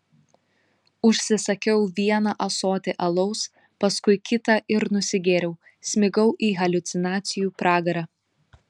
užsisakiau vieną ąsotį alaus paskui kitą ir nusigėriau smigau į haliucinacijų pragarą